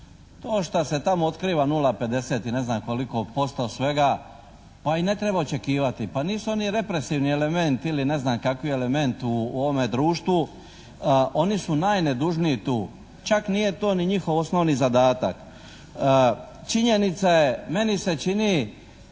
To šta se tamo otkriva 0,50 i ne znam koliko % svega pa i ne treba očekivati, pa nisu oni represivni element ili ne znam kakvi element u ovome društvu. Oni su najnedužniji tu, čak nije to ni njihov osnovni zadatak. Činjenica je, meni se čini